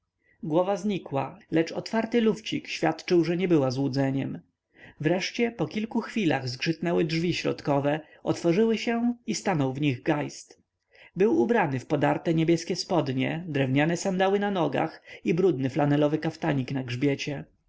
głowa znikła lecz otwarty lufcik świadczył że nie była złudzeniem wreszcie po kilku chwilach zgrzytnęły drzwi środkowe otworzyły się i stanął w nich geist był ubrany w podarte niebieskie spodnie drewniane sandały na nogach i brudny flanelowy kaftanik na grzbiecie